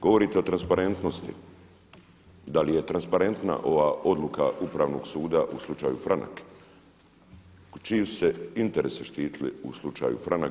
Govorite o transparentnosti, da li je transparentna ova odluka Upravnog suda u slučaju Franak, čiji su se interesi štitili u slučaju Franak?